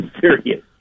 serious